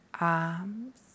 Arms